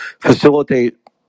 facilitate